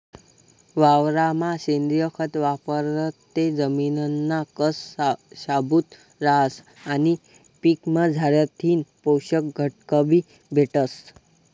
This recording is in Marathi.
वावरमा सेंद्रिय खत वापरं ते जमिनना कस शाबूत रहास आणि पीकमझारथीन पोषक घटकबी भेटतस